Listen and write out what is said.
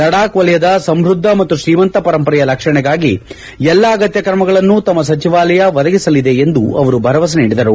ಲಡಾಕ್ ವಲಯದ ಸಂಮ್ನದ್ಲ ಮತ್ತು ತ್ರೀಮಂತ ಪರಂಪರೆಯ ರಕ್ಷಣೆಗಾಗಿ ಎಲ್ಲಾ ಅಗತ್ತ ತ್ರಮಗಳನ್ನು ತಮ್ನ ಸಚಿವಾಲಯ ಒದಗಿಸಲಿದೆ ಎಂದು ಭರವಸೆ ನೀಡಿದರು